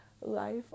life